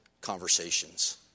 conversations